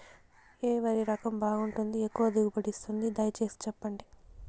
ఏ వరి రకం బాగుంటుంది, ఎక్కువగా దిగుబడి ఇస్తుంది దయసేసి చెప్పండి?